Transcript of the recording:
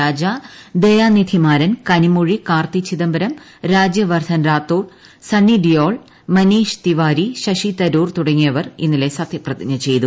രാജ ദയാനിധിമാര്യങ്ക് കനിമൊഴി കാർത്തി ചിദംബരം രാജ്യവർദ്ധൻ രാത്തോഡിച്ച് സ്ണി ഡിയോൾ മനീഷ് തിവാരി ശശിതരൂർ തുടങ്ങിയവർ ്ട് ഇന്നലെ സത്യപ്രതിജ്ഞ ചെയ്തു